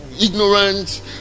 ignorant